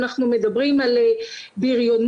אנחנו מדברים על בריונות,